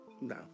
No